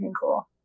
cool